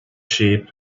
sheep